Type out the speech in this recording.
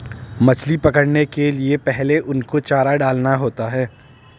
मछली पकड़ने के लिए पहले उनको चारा डालना होता है